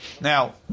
Now